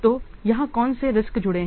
तो यहां कौन से जोखिम जुड़े हैं